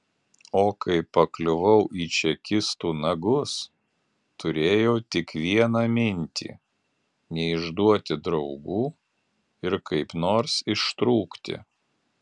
o kai pakliuvau į čekistų nagus turėjau tik vieną mintį neišduoti draugų ir kaip nors ištrūkti